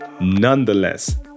nonetheless